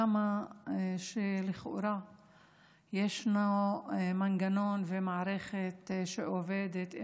כמה שלכאורה יש מנגנון ומערכת שעובדת,